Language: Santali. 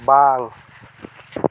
ᱵᱟᱝ